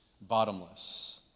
bottomless